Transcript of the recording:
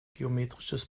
geometrisches